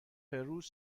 روز